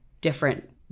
different